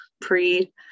pre